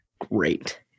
Great